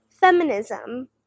feminism